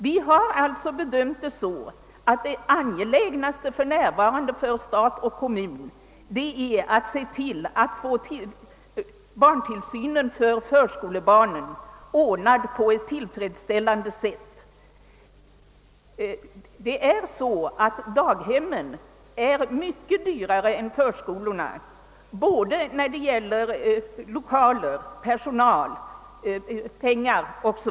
Vi har alltså bedömt det så att det angelägnaste för närvarande för stat och kommun är att se till att barntillsynen för förskolebarnen ordnas på ett tillfredsställande sätt. Daghemmen är mycket dyrare än förskolorna vad beträffar lokaler, personal, o.s.